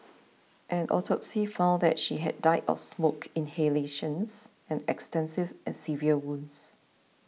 an autopsy found that she had died of smoke inhalation and extensive and severe burns